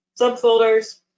subfolders